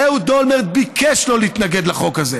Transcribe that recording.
אהוד אולמרט ביקש שלא להתנגד לחוק הזה,